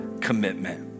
commitment